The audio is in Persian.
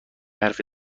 حرف